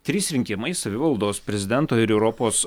trys rinkimai savivaldos prezidento ir europos